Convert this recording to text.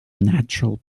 natural